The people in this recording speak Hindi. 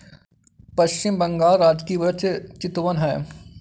पश्चिम बंगाल का राजकीय वृक्ष चितवन है